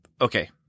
okay